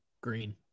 green